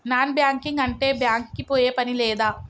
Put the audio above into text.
Non banking అంటే bank కి పోయే పని లేదా?